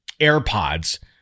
AirPods